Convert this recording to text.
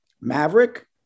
Maverick